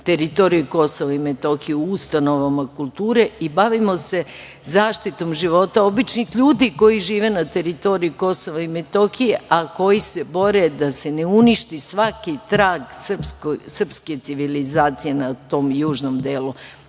teritoriji KiM, ustanovama kulture i bavimo se zaštitom života običnih ljudi koji žive na teritoriji KiM, a koji se bore da se ne uništi svaki trag srpske civilizacije, na tom južnom delu